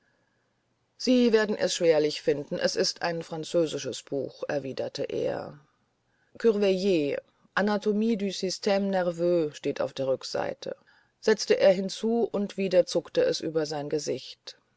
sie werden es schwerlich finden es ist ein französisches buch erwiderte er cruveilhier anatomie du systme nerveux steht auf der rückseite setzte er hinzu wieder zuckte es über sein gesicht